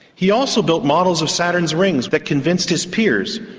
he also built models of saturn's rings that convinced his peers,